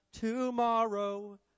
tomorrow